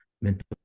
mental